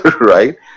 right